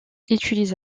utilise